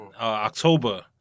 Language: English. October